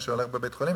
מה שהולך בבית-חולים,